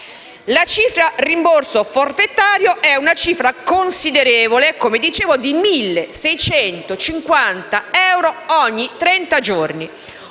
La cifra «rimborso forfetario» è una cifra considerevole, come dicevo, di 1.650 euro ogni trenta giorni.